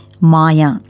Maya